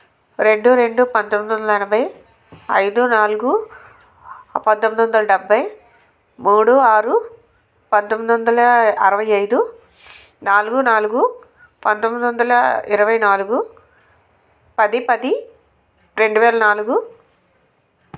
రెండు రెండు పంతొమ్మిది వందల ఎనభై ఐదు నాలుగు పంతొమ్మిది వందల డెబ్బై మూడు ఆరు పంతొమ్మిది వందల అరవై ఐదు నాలుగు నాలుగు పంతొమ్మిది వందల ఇరవై నాలుగు పది పది రెండు వేల నాలుగు